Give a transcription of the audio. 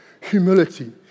humility